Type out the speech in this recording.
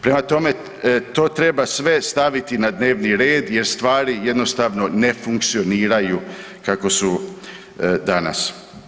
Prema tome, to treba sve staviti na dnevni red jer stvari jednostavno ne funkcioniraju kako su danas.